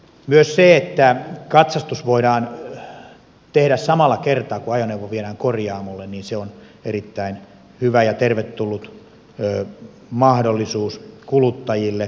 myös se että katsastus voidaan tehdä samalla kertaa kun ajoneuvo viedään korjaamolle on erittäin hyvä ja tervetullut mahdollisuus kuluttajille